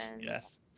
Yes